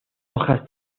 hojas